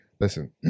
listen